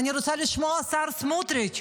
ואני רוצה לשמוע את השר סמוטריץ',